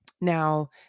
Now